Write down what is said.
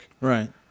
right